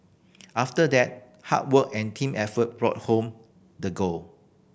after that hard work and team effort brought home the gold